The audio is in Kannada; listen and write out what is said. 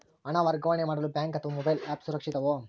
ಹಣ ವರ್ಗಾವಣೆ ಮಾಡಲು ಬ್ಯಾಂಕ್ ಅಥವಾ ಮೋಬೈಲ್ ಆ್ಯಪ್ ಸುರಕ್ಷಿತವೋ?